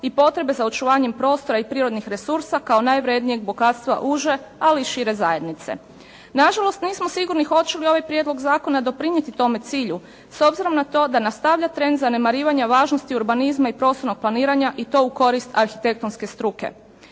i potreba za očuvanjem prostora i prirodnih resursa kao najvrednijeg bogatstva uže ali i šire zajednice. Nažalost nismo sigurni hoće li ovaj prijedlog zakona doprinijeti tome cilju s obzirom na to da nastavlja trend zanemarivanja važnosti urbanizma i prostornog planiranja i to u korist arhitektonske struke.